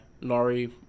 Laurie